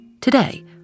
Today